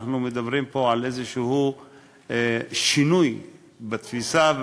אנחנו מדברים פה על שינוי כלשהו בתפיסה.